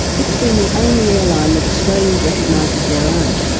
it's been the only airline that australians recognise as their own.